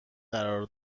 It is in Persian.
قرار